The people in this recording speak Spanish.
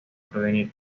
prevenir